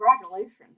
congratulations